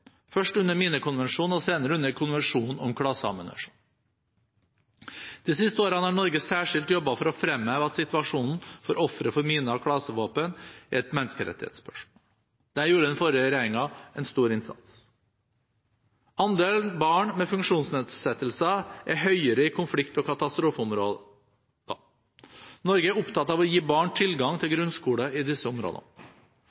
først under Minekonvensjonen og senere under Konvensjonen om klaseammunisjon. De siste årene har Norge særskilt jobbet for å fremheve at situasjonen for ofre for miner og klasevåpen er et menneskerettighetsspørsmål. Der gjorde den forrige regjeringen en stor innsats. Andelen barn med funksjonsnedsettelser er høyere i konflikt- og katastrofeområder. Norge er opptatt av å gi barn tilgang til